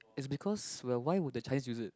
it's because why would the Chinese use it